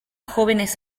jóvenes